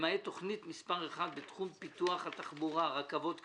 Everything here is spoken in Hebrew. למעט תכנית מספר 1 בתחום פיתוח התחבורה (רכבות כבדות)